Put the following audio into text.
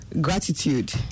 gratitude